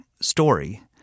story